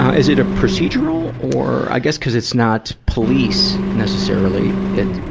ah is it a procedural, or, i guess because it's not police necessarily. it,